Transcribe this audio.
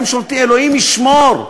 אלוהים ישמור.